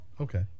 Okay